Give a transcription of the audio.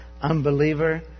Unbeliever